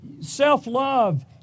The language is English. self-love